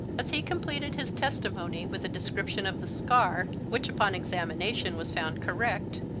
as he completed his testimony with a description of the scar, which, upon examination, was found correct,